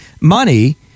money